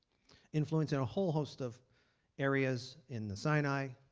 influenced in a whole host of areas in the sinai